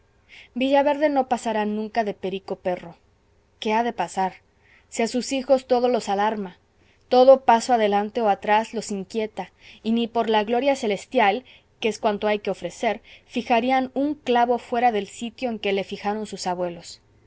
humilde villaverde no pasará nunca de perico perro qué ha de pasar si a sus hijos todo los alarma todo paso adelante o atrás los inquieta y ni por la gloria celestial que es cuanto hay que ofrecer fijarían un clavo fuera del sitio en que le fijaron sus abuelos